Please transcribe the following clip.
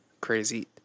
crazy